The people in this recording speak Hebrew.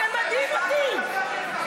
זה מדהים אותי.